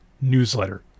newsletter